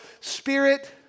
spirit